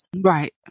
Right